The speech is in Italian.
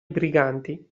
briganti